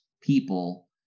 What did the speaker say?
people